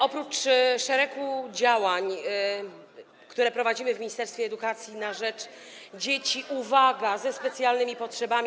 Oprócz szeregu działań, które prowadzimy w ministerstwie edukacji na rzecz dzieci, uwaga, ze specjalnymi potrzebami.